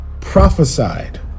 prophesied